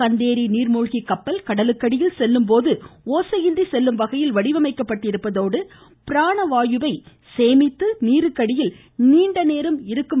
கந்தேரி நீர்மூழ்கிக் கப்பல் கடலுக்கடியில் செல்லும் போது ஒசையின்றி செல்லும் வகையில் வடிவமைக்கப்பட்டிருப்பதோடு பிராண வாயுவை சேமித்து நீருக்கடியில் நீண்ட நேரம் இருக்கும் திறன் பெற்றதாகும்